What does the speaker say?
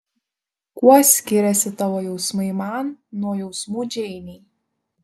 kuo skiriasi tavo jausmai man nuo jausmų džeinei